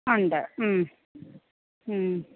ഉണ്ട് മ്മ് മ്മ്